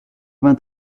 vingt